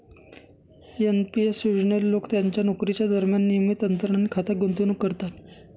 NP S योजनेत लोक त्यांच्या नोकरीच्या दरम्यान नियमित अंतराने खात्यात गुंतवणूक करतात